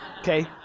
okay